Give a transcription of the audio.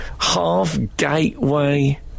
half-gateway